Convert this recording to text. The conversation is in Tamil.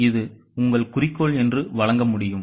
இதுஉங்கள் குறிக்கோள் என்று வழங்க முடியும்